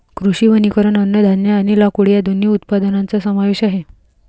कृषी वनीकरण अन्नधान्य आणि लाकूड या दोन्ही उत्पादनांचा समावेश आहे